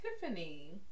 Tiffany